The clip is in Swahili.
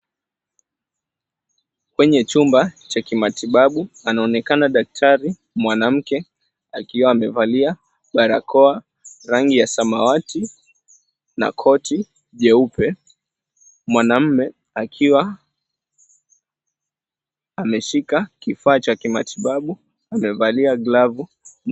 Kwenye chumba cha kimatibabu, anaonekana daktari mwanamke akiwa amevalia barakoa rangi ya samawati na koti jeupe. Mwanaume akiwa ameshika kifaa cha kimatibabu, amevalia glavu.